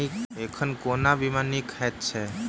एखन कोना बीमा नीक हएत छै?